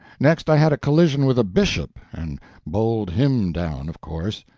next, i had a collision with a bishop and bowled him down, of course.